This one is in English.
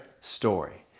story